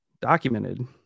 documented